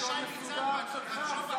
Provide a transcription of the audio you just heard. כשאני אסיים אותו, זאת תהיה הרפורמה שלנו,